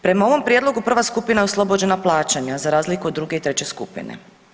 Prema ovom prijedlogu prva skupina je oslobođena plaćanja za razliku od druge i treće skupine.